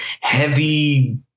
heavy